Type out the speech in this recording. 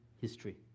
history